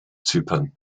zypern